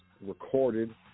recorded